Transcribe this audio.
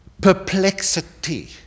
Perplexity